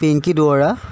Pinky Duwara